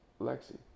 Lexi